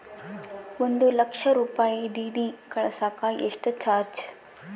ಒಂದು ಲಕ್ಷ ರೂಪಾಯಿ ಡಿ.ಡಿ ಕಳಸಾಕ ಎಷ್ಟು ಚಾರ್ಜ್?